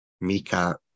Mika